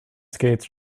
skates